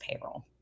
payroll